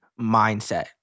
mindset